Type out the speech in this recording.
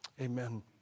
Amen